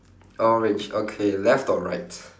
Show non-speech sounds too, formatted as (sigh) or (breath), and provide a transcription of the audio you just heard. orange okay left or right (breath)